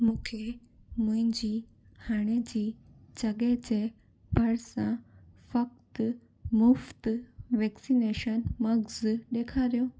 मूंखे मुंहिंजी हाणेजी जॻह जे वेक्सनेशन मर्कज़ ॾेखारियो